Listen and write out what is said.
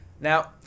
Now